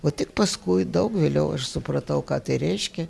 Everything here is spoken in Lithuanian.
o tik paskui daug vėliau aš supratau ką tai reiškia